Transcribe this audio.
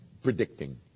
Predicting